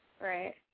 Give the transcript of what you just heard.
Right